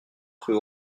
rue